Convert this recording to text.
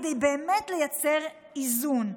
כדי באמת לייצר איזון.